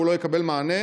והוא לא יקבל מענה.